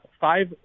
five